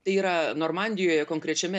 tai yra normandijoje konkrečiame